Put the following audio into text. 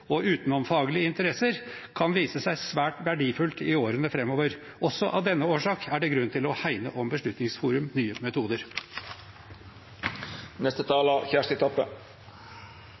kan vise seg svært verdifullt i årene framover. Også av denne årsak er det grunn til å hegne om Beslutningsforum for nye metoder.